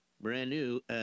brand-new